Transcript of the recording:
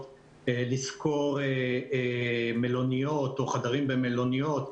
לשכור מלוניות או חדרים במלוניות,